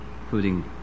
including